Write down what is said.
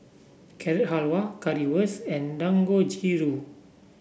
Carrot Halwa Currywurst and Dangojiru